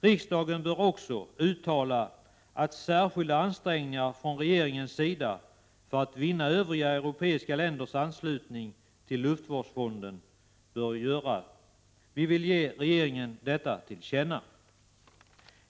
Riksdagen bör också uttala att särskilda ansträngningar från regeringens sida för att vinna övriga europeiska länders anslutning till luftvårdsfonden bör göras. Vi vill ge regeringen detta till känna.